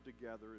together